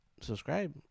subscribe